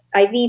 IV